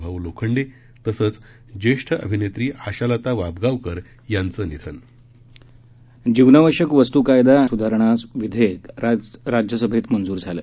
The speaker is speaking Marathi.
भाऊ लोखंडे तसंच ज्येष्ठ अभिनेत्री आशालता वाबगावकर यांचं निधन जीवनावश्यक वस्तू कायदा सुधारणा विधेयक आज राज्यसभेत मंजूर झालं